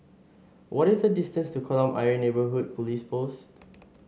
what is the distance to Kolam Ayer Neighbourhood Police Post